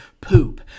poop